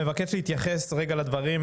מבקש להתייחס רגע לדברים,